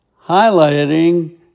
highlighting